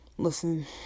Listen